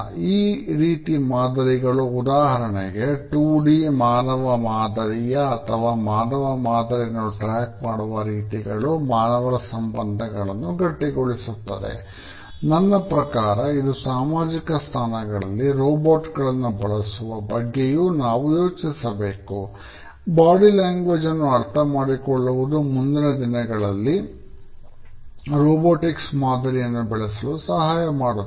ಈ ರೀತಿ ಮಾದರಿಗಳು ಉದಾಹರಣೆಗೆ 2ಡಿ ಮಾದರಿಯನ್ನು ಬೆಳಸಲು ಸಹಾಯ ಮಾಡುತ್ತದೆ